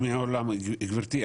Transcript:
גברתי,